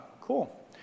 cool